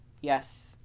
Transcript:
yes